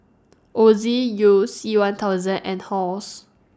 Ozi YOU C one thousand and Halls